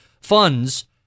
Funds